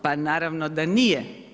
Pa naravno da nije.